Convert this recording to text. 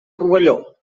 rovelló